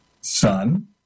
Son